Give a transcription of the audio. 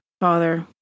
Father